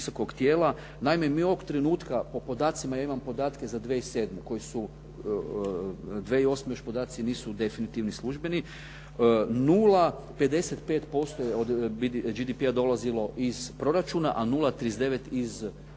Naime, mi ovog trenutka po podacima, ja imam podatke za 2007. koji su 2008. još podaci nisu definitivni, službeni, 0,55% je od GDP-a dolazilo iz proračuna, a 0,39 iz gospodarstva.